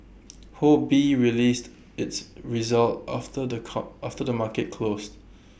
ho bee released its results after the car after the market closed